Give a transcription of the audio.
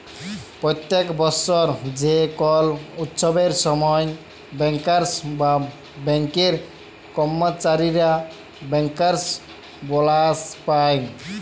প্যত্তেক বসর যে কল উচ্ছবের সময় ব্যাংকার্স বা ব্যাংকের কম্মচারীরা ব্যাংকার্স বলাস পায়